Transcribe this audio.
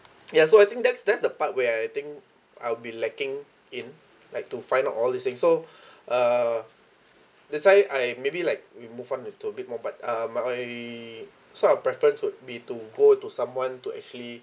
ya so I think that's that's the part where I think I'll be lacking in like to find out all these things so uh that's why I maybe like we move on into a bit more but uh my sort of preference would be to go to someone to actually